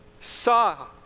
saw